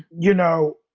you know?